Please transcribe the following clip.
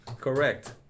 Correct